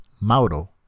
Mauro